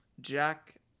Jack